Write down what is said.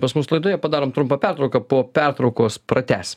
pas mus laidoje padarom trumpą pertrauką po pertraukos pratęs